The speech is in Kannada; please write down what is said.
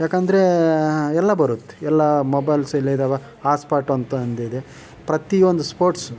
ಯಾಕೆಂದ್ರೆ ಎಲ್ಲ ಬರುತ್ತೆ ಎಲ್ಲ ಮೊಬೈಲ್ಸಲ್ಲಿದ್ದಾವೆ ಹಾಟ್ ಸ್ಪಾಟ್ ಅಂತ ಒಂದಿದೆ ಪ್ರತಿಯೊಂದು ಸ್ಪೋರ್ಟ್ಸು